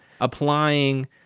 applying